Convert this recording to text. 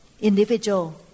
individual